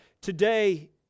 today